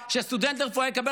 חיילים?